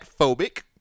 phobic